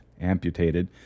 amputated